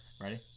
Ready